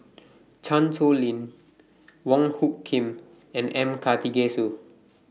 Chan Sow Lin Wong Hung Khim and M Karthigesu